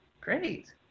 great